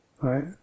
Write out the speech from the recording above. right